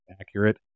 accurate